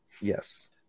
Yes